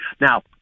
Now